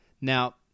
Now